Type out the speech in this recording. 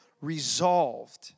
resolved